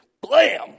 blam